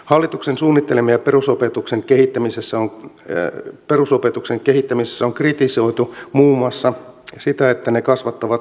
hallituksen suunnitelmia perusopetuksen kehittämisessä on kritisoitu muun muassa siitä että ne kasvattavat ryhmäkokoja